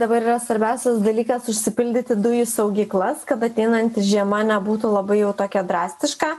dabar yra svarbiausias dalykas užsipildyti dujų saugyklas kad ateinanti žiema nebūtų labai jau tokia drastiška